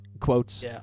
quotes